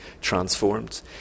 transformed